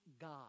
God